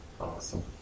Awesome